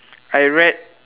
I read